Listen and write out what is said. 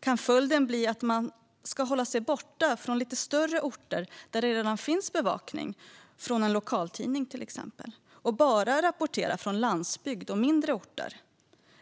Kan följden bli att man ska hålla sig borta från lite större orter där det redan finns bevakning från exempelvis en lokaltidning och bara rapportera från landsbygd och mindre orter?